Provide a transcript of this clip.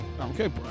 Okay